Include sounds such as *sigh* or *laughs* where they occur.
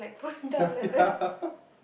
*laughs* ya